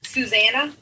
Susanna